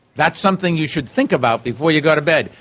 that's something you should think about before you go to bed.